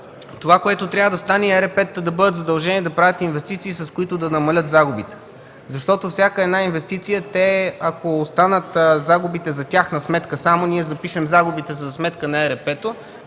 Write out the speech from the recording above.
Това, което трябва да стане е ЕРП-тата да бъдат задължени да правят инвестиции, с които да намалят загубите. Ако от всяка една инвестиция, загубите останат само за тяхна сметка, ние запишем „загубите за сметка на ЕРП-то”,